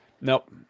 Nope